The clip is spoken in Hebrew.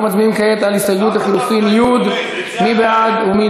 28 בעד ו-41 נגד, ולכן